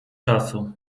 czasu